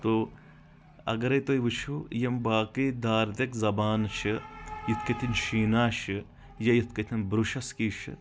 تو اگرے تُہۍ وٕچھو یِم باقٕے داردِک زبانہٕ چھِ یِتھ کٲٹھۍ شیٖنا چھِ یا یِتھ کٲٹھۍ بُروٗشاسکی چھِ